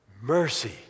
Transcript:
mercy